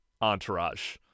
Entourage